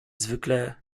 zwykle